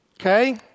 Okay